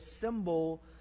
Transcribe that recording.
symbol